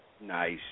Nice